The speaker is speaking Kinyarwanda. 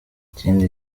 ikindi